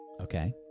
Okay